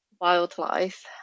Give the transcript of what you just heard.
wildlife